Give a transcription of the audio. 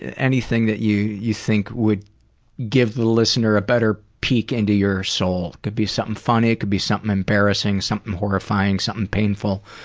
anything that you you think would give the listener a better peek into your soul. could be something funny, could be something embarrassing, something horrifying, something painful.